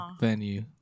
venue